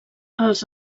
els